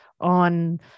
on